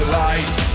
light